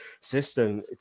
system